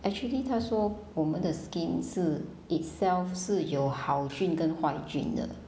actually 他说我们的 skin 是 itself 是有好菌跟坏菌的